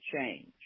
change